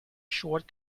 short